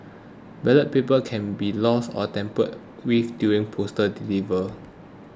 ballot papers can be lost or tampered with during postal delivery